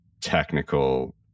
technical